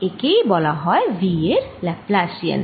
একেই বলা হয় V এর লাপ্লাসিয়ান